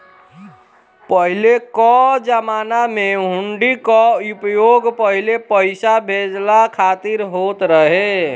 पहिले कअ जमाना में हुंडी कअ उपयोग पहिले पईसा भेजला खातिर होत रहे